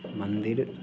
मन्दिर